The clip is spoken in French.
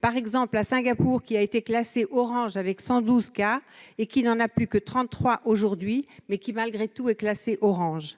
Par exemple, Singapour, qui a été classé « orange » avec 112 cas et qui n'en a plus que 33 aujourd'hui, est toujours classé « orange ».